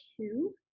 two